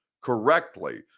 correctly –